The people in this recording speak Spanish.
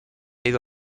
ido